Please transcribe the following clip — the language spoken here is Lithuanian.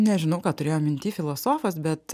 nežinau ką turėjo minty filosofas bet